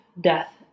death